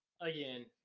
again